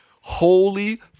holy